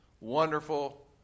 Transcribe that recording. wonderful